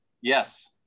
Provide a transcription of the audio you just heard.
Yes